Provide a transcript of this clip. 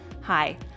Hi